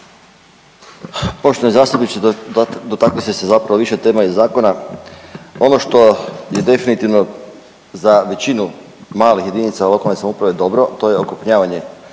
Poštovani zastupniče, dotaknuli ste se zapravo više tema iz zakona, ono što je definitivno za većinu malih jedinica lokalne samouprave dobro to je okrupnjavanje